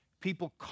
People